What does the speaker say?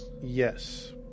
Yes